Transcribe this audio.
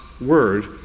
word